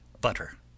butter